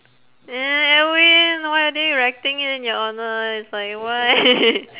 eh edwin why are they erecting it in your honour it's like why